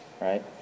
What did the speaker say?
right